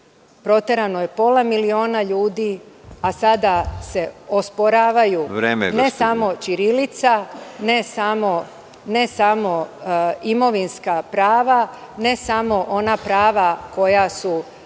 Proterano je pola miliona ljudi, a sada se osporavaju ne samo ćirilica, ne samo imovinska prava, ne samo ona prava koja su